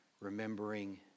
remembering